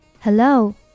Hello